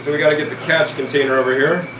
we gotta get the catch container over here.